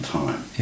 time